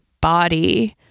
body